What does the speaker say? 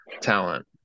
talent